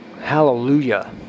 Hallelujah